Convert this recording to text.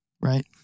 right